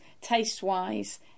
taste-wise